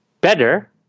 better